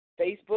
Facebook